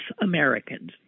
Americans